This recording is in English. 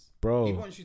Bro